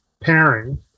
pairing